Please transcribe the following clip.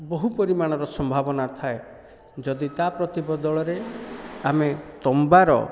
ବହୁ ପରିମାଣର ସମ୍ଭାବନା ଥାଏ ଯଦି ତା' ପ୍ରତିବଦଳରେ ଆମେ ତମ୍ବାର